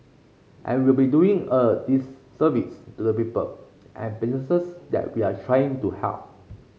and we will be doing a disservice to the people and businesses that we are trying to help